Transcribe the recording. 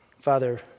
Father